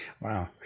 Wow